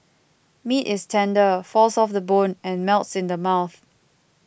meat is tender falls off the bone and melts in the mouth